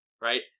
right